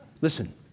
Listen